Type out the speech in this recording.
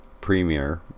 premiere